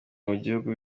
by’igihugu